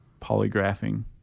polygraphing